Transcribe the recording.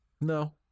No